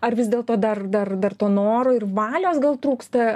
ar vis dėlto dar dar dar to noro ir valios gal trūksta